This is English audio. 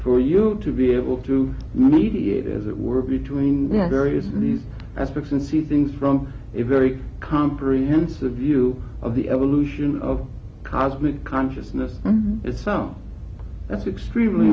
for you to be able to mediate as it were between various in these aspects and see things from a very comprehensive view of the evolution of cosmic consciousness itself that's extremely